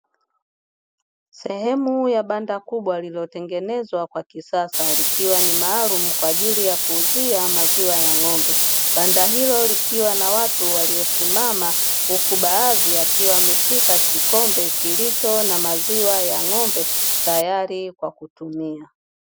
Sehemu ya banda kubwa lililotengenezwa kwa kisasa likiwa ni maalumu kwa ajili ya kuuzia maziwa ya ng'ombe, banda hilo likiwa na watu waliosimama huku baadhi akiwa ameshika kikombe kilicho na maziwa ya ng'ombe tayari kwa kutumia.